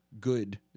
good